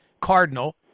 cardinal